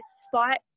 spot